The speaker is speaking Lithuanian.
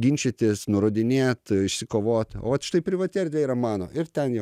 ginčytis nurodinėt išsikovot o vat štai privati erdvė yra mano ir ten jau